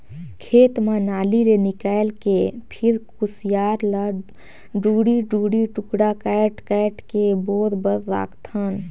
खेत म नाली ले निकायल के फिर खुसियार ल दूढ़ी दूढ़ी टुकड़ा कायट कायट के बोए बर राखथन